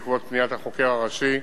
בעקבות פניית החוקר הראשי,